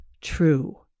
true